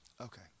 okay